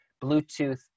Bluetooth